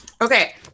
Okay